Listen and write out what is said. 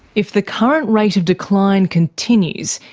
if the current rate of decline continues,